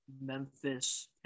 Memphis